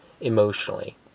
emotionally